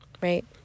right